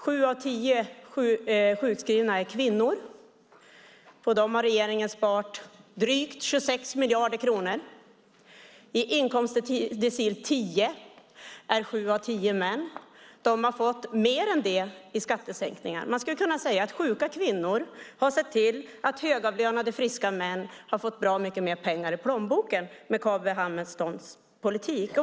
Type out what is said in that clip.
Sju av tio sjukskrivna är kvinnor. På dem har regeringen sparat drygt 26 miljarder kronor. I inkomster till decil 10 är sju av tio män. De har fått mer än det i skattesänkningar. Man skulle kunna säga att genom Carl B Hamiltons politik har sjuka kvinnor sett till att högavlönade friska män fått bra mycket mer pengar i plånboken.